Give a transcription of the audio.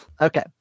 Okay